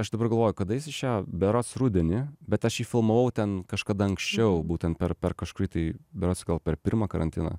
aš dabar galvoju kada jis išėjo berods rudenį bet aš jį filmavau ten kažkada anksčiau būtent per kažkurį tai berods gal per pirmą karantiną